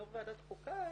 יו"ר ועדת החוקה,